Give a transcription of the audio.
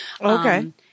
Okay